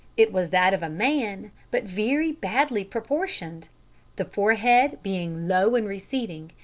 it was that of a man, but very badly proportioned the forehead being low and receding,